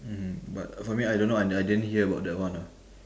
mmhmm but for me I don't know I I didn't hear about that one ah